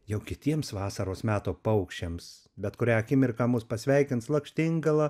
jau kitiems vasaros meto paukščiams bet kurią akimirką mus pasveikins lakštingala